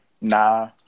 nah